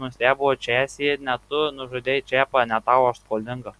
nustebo česė ne tu nužudei čepą ne tau aš skolinga